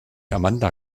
amanda